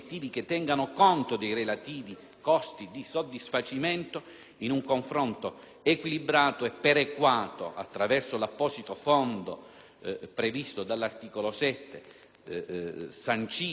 costi di soddisfacimento, in un confronto equilibrato e perequato attraverso l'apposito fondo previsto all'articolo 7 (sancito peraltro attraverso princìpi